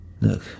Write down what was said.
look